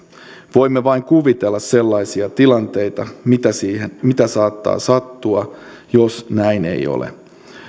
voimme vain kuvitella sellaisia tilanteita mitä saattaa sattua jos näin ei ole